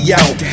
out